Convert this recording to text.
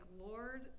Lord